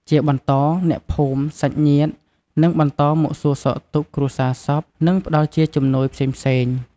ជាបន្ត អ្នកភូមិ សាច់ញាតិ នឹងបន្តមកសួរសុខទុក្ខគ្រួសាររសព និងផ្តល់ជាជំនួយផ្សេងៗ។